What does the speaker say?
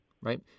right